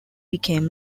became